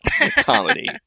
comedy